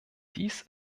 dies